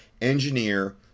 engineer